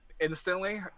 Instantly